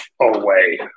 away